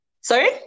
sorry